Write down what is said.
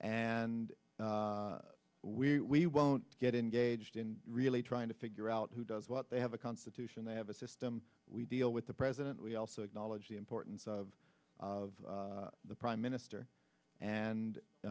and we won't get engaged in really trying to figure out who does what they have a constitution they have a system we deal with the president we also acknowledge the importance of of the prime minister